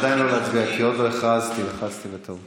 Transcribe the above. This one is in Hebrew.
עדיין לא להצביע, כי עוד לא הכרזתי, לחצתי בטעות.